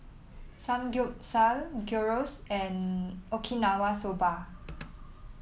Samgeyopsal Gyros and Okinawa Soba